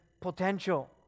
potential